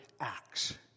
acts